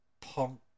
punk